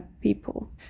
people